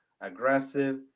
aggressive